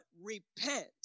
Repent